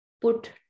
put